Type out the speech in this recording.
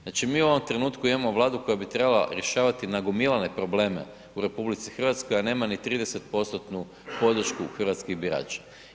Znači mi u ovom trenutku imamo Vladu koja bi trebala rješavati nagomilane probleme u RH, a nema ni 30% podršku hrvatskih birača.